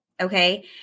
okay